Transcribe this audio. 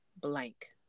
blank